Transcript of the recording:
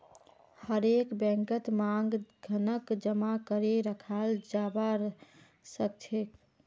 हरेक बैंकत मांग धनक जमा करे रखाल जाबा सखछेक